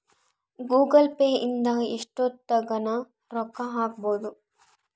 Google Pay ಇಂದ ಎಷ್ಟೋತ್ತಗನ ರೊಕ್ಕ ಹಕ್ಬೊದು